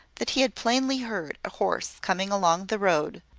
that he had plainly heard a horse coming along the road,